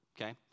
okay